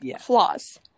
flaws